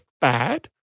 bad